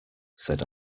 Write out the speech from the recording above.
said